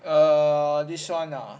err this one ah